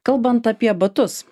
kalbant apie batus